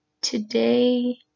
Today